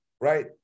right